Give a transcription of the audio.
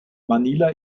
manila